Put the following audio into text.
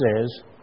says